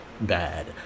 bad